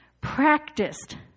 practiced